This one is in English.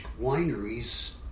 wineries